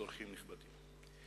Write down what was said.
אורחים נכבדים,